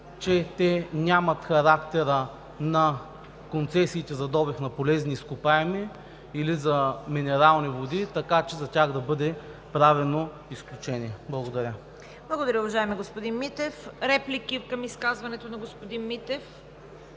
че те нямат характера на концесиите за добив на полезни изкопаеми или за минерални води, така че за тях да бъде правено изключение. Благодаря. ПРЕДСЕДАТЕЛ ЦВЕТА КАРАЯНЧЕВА: Благодаря, уважаеми господин Митев. Реплики към изказването на господин Митев?